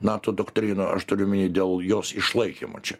nato doktrinų aš turiu omeny dėl jos išlaikymo čia